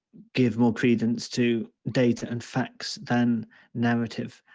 give more credence to data and facts than narrative.